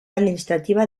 administrativa